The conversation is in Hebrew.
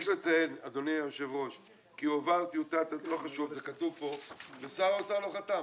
יש לציין כי הועברה טיוטת הדוח ושר האוצר לא חתם.